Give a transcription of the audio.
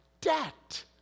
debt